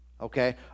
Okay